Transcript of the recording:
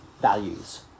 values